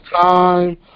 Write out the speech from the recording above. time